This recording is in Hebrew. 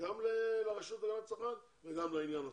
גם לרשות להגנת הצרכן וגם לעניין עצמו.